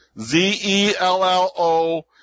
Z-E-L-L-O